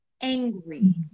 angry